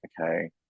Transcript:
okay